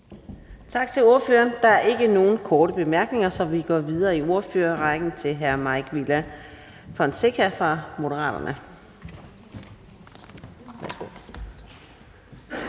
Tak til ordføreren. Der er ikke nogen korte bemærkninger, så vi går videre i ordførerrækken til hr. Mike Villa Fonseca fra Moderaterne.